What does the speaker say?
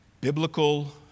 biblical